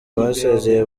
basezeye